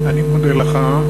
אני מודה לך.